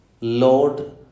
Lord